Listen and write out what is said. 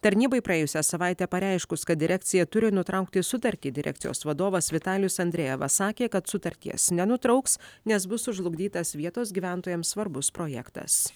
tarnybai praėjusią savaitę pareiškus kad direkcija turi nutraukti sutartį direkcijos vadovas vitalijus andrejevas sakė kad sutarties nenutrauks nes bus sužlugdytas vietos gyventojams svarbus projektas